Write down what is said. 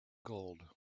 gold